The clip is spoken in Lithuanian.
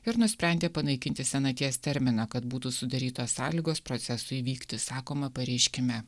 ir nusprendė panaikinti senaties terminą kad būtų sudarytos sąlygos procesui vykti sakoma pareiškime